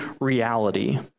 reality